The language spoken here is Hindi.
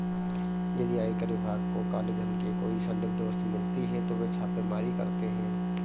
यदि आयकर विभाग को काले धन की कोई संदिग्ध वस्तु मिलती है तो वे छापेमारी करते हैं